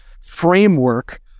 framework